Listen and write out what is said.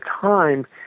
time